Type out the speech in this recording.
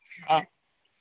हाँ